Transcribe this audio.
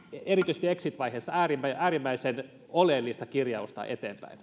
erityisesti exit vaiheessa äärimmäisen äärimmäisen oleellista kirjausta eteenpäin